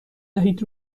دهید